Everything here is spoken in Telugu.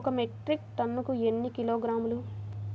ఒక మెట్రిక్ టన్నుకు ఎన్ని కిలోగ్రాములు?